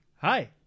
Hi